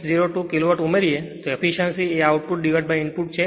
602 kilowatt ઉમેરો તેથી efficiency એ આઉટપુટ ઇનપુટ છે